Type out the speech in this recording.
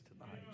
tonight